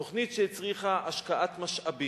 תוכנית שהצריכה השקעת משאבים,